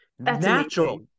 Natural